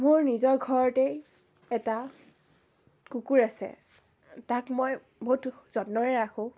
মোৰ নিজৰ ঘৰতেই এটা কুকুৰ আছে তাক মই বহুত যত্নৰে ৰাখোঁ